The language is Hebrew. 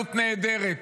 הזדמנות נהדרת.